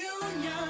Union